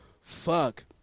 Fuck